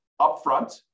upfront